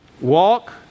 Walk